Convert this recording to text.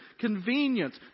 convenience